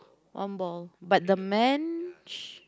one ball but the man